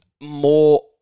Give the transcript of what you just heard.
more